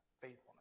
Faithfulness